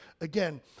again